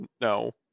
No